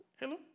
Hello